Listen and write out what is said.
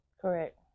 Correct